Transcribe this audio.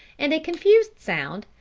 and a confused sound,